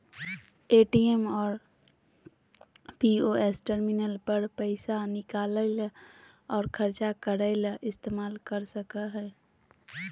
ATM और POS terminal पर पैसा निकालय और ख़र्चा करय ले इस्तेमाल कर सकय हइ